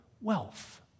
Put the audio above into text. wealth